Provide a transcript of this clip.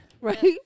Right